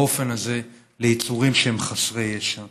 באופן הזה, כלפי יצורים שהם חסרי ישע.